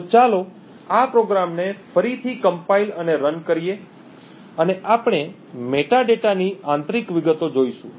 તો ચાલો આ પ્રોગ્રામને ફરીથી કમ્પાઇલ અને રન કરીએ અને આપણે મેટાડેટાની આંતરિક વિગતો જોઈશું